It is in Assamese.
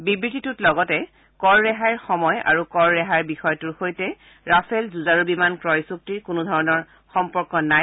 বিবৃতিটোত লগতে কৰ ৰেহাইৰ সময় আৰু কৰ ৰেহাইৰ বিষয়টোৰ লগত ৰাফেল যুঁজাৰু বিমান ক্ৰয় চুক্তিৰ কোনোধৰণৰ সম্পৰ্ক নাই